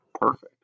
Perfect